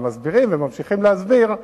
והם מסבירים וממשיכים להסביר.